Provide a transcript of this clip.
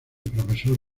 profesor